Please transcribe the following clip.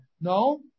No